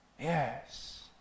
Yes